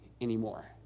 anymore